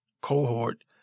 cohort